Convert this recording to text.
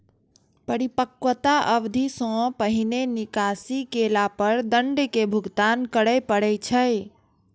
परिपक्वता अवधि सं पहिने निकासी केला पर दंड के भुगतान करय पड़ै छै